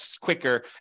quicker